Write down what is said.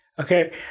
Okay